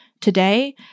today